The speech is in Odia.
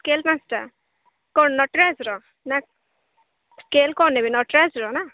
ସ୍କେଲ୍ ପାଞ୍ଚଟା କଣ ନଟ୍ରାଜ୍ ନା ସ୍କେଲ୍ କଣ ନେବେ ନଟ୍ରାଜ୍ ର ନା